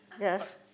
Yes